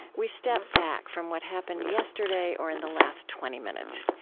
we step back from what happened yesterday or in the last twenty minutes.